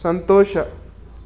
ಸಂತೋಷ